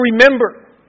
remember